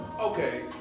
okay